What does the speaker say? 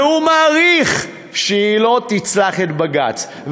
והוא מעריך שהיא לא תצלח את בג"ץ.